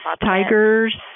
tigers